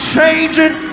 changing